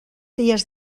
dies